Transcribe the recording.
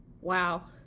wow